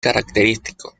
característico